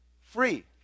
free